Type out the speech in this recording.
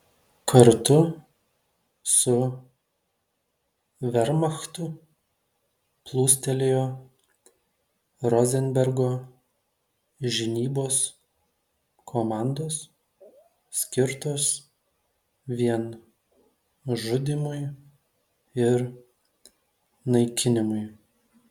kartu su vermachtu plūstelėjo rozenbergo žinybos komandos skirtos vien žudymui ir naikinimui